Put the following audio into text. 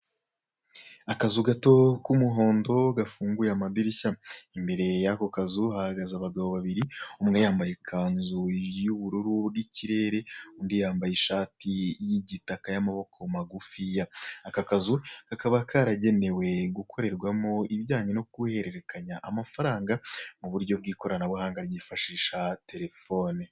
Akazu gato k'umuhondo gafunguye amadirishya, imbere yako kazu hahagaze abagabo babiri umwe yambaye ikanzu y'ubururu bw'ikirere, undi yambaye ishati y'igitaka y'amaboko magufiya, aka kazu kakaba karagenewe gukorerwamo ibijyanye no guhererekanya amafaranga mu buryo bw'ikoranabuhanga bwifashisha terefone.